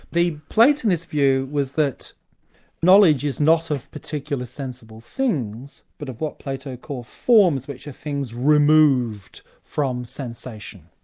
the platonist view was that knowledge is not of particular sensible things, but of what plato called forms which are things removed from sensation,